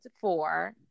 four